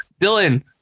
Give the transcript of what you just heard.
Dylan